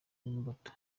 n’imbuto